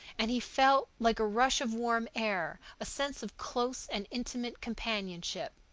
and he felt, like a rush of warm air, a sense of close and intimate companionship.